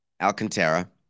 Alcantara